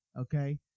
okay